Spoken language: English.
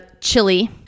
Chili